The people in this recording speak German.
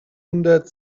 hundert